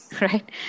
right